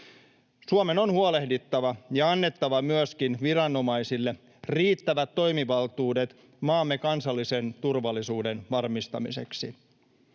turvallisuudestaan ja annettava myöskin viranomaisille riittävät toimivaltuudet maamme kansallisen turvallisuuden varmistamiseksi.